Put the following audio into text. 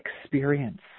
experience